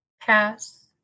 Pass